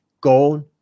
Gold